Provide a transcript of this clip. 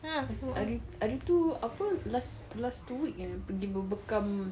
hari hari hari tu apa last last two weeks eh pergi berbekam